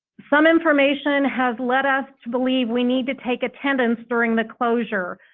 some information has led us to believe we need to take attendance during the closure.